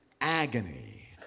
agony